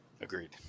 Agreed